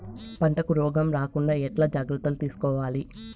పంటకు రోగం రాకుండా ఎట్లా జాగ్రత్తలు తీసుకోవాలి?